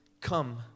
come